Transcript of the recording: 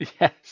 Yes